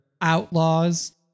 outlaws